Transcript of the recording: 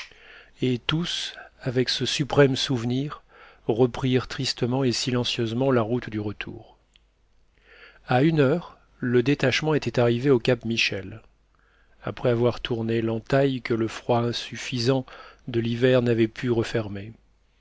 et tous avec ce suprême souvenir reprirent tristement et silencieusement la route du retour à une heure le détachement était arrivé au cap michel après avoir tourné l'entaille que le froid insuffisant de l'hiver n'avait pu refermer